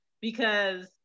because-